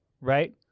right